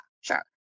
sure